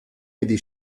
iddi